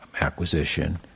acquisition